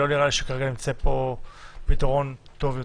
לא נראה לי שכרגע נמצא פה פתרון טוב יותר.